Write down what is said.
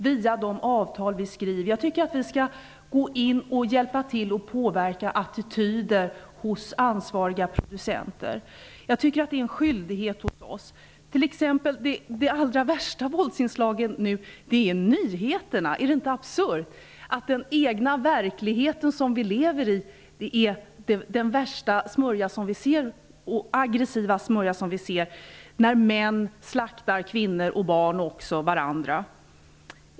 Vi skall gå in och hjälpa till och påverka attityder hos ansvariga producenter. Det är en skyldighet för oss. De allra värsta våldsinslagen är nyheterna. Är det inte absurt, att den verklighet som vi lever i är den värsta, aggressiva smörja som vi ser? Där är det män som slaktar kvinnor och barn och också varandra.